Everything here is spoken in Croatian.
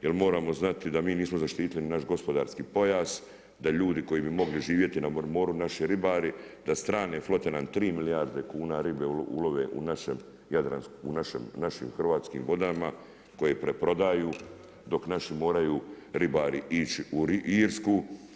Jer moramo znati da mi nismo zaštitili naš gospodarski pojas da ljudi koji bi mogli živjeti na moru naši ribari da strane flote nam 3 milijarde kuna ribe ulove u našem hrvatskim vodama koje preprodaju dok naši moraju ribari ići u Irsku.